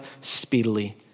speedily